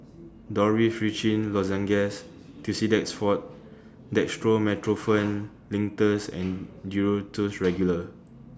Dorithricin Lozenges Tussidex Forte Dextromethorphan Linctus and Duro Tuss Regular